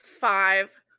five